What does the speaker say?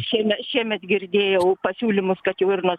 šieme šiemet girdėjau pasiūlymus kad jau ir nuo